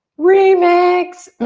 remix!